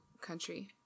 country